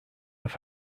have